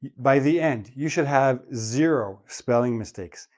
by the end, you should have zero spelling mistakes,